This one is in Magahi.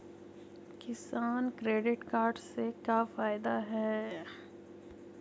किसान क्रेडिट कार्ड से का फायदा है?